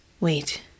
wait